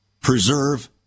Preserve